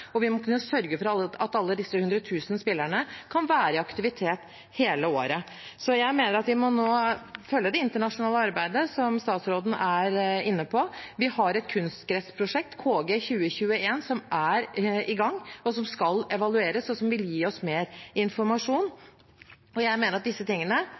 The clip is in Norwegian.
og vi må kunne sørge for at alle disse hundretusener av spillere kan være i aktivitet hele året. Jeg mener at vi nå må følge det internasjonale arbeidet, som statsråden er inne på. Vi har et kunstgressprosjekt, KG2021, som er i gang, og som skal evalueres, og som vil gi oss mer informasjon, og jeg mener at disse tingene